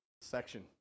section